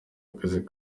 akazi